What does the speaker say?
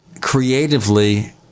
creatively